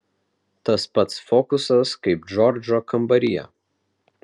tas pats fokusas kaip džordžo kambaryje